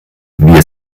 wir